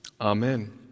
Amen